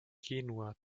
genua